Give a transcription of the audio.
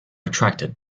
attracted